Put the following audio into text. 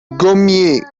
gommiers